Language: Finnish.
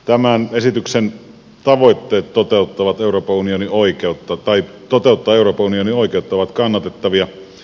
tämän esityksen tavoitteet toteuttaa euroopan unionin oikeutta ovat kannatettavia